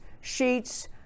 sheets